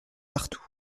partout